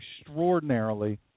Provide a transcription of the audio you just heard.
extraordinarily